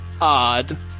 odd